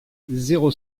zéro